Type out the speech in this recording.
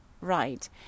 right